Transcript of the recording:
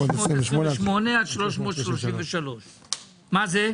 מה זה?